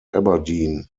aberdeen